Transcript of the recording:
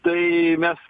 tai mes